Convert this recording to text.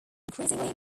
increasingly